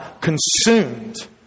consumed